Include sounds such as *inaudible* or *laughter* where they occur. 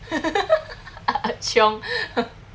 *laughs* chiong